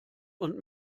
und